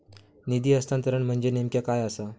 निधी हस्तांतरण म्हणजे नेमक्या काय आसा?